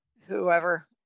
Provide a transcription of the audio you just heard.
whoever